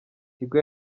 tigo